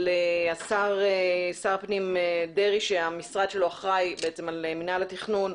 לשר הפנים דרעי שהמשרד שלו אחראי על מינהל התכנון,